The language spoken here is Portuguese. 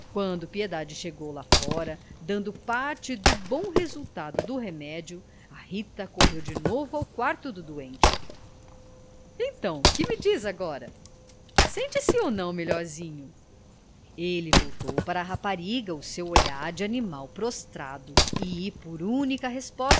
quando piedade chegou lá fora dando parte do bom resultado do remédio a rita correu de novo ao quarto do doente então que me diz agora sente-se ou não melhorzinho ele voltou para a rapariga o seu olhar de animal prostrado e por única